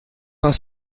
vingt